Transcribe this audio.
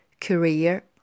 career